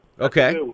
Okay